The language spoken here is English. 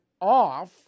off